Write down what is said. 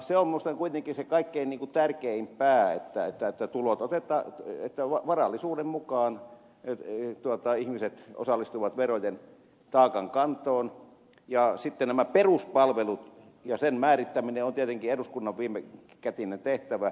se on minusta kuitenkin se kaikkein tärkein pää että varallisuuden mukaan ihmiset osallistuvat verojen taakan kantoon ja sitten nämä peruspalvelut ja niiden määrittäminen on tietenkin eduskunnan viimekätinen tehtävä